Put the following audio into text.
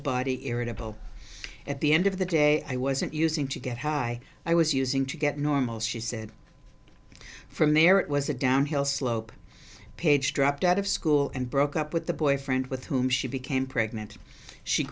body irritable at the end of the day i wasn't using to get high i was using to get normal she said from there it was a downhill slope page dropped out of school and broke up with the boyfriend with whom she became pregnant she